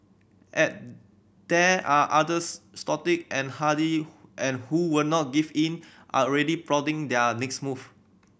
and there are others stoic and hardy who and who will not give in are already plotting their next move